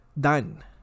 done